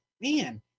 man